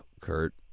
Kurt